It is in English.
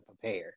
prepare